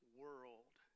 world